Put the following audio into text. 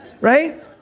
right